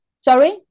Sorry